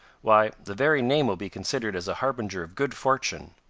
why, the very name will be considered as a harbinger of good fortune.